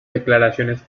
declaraciones